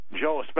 Joe